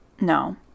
no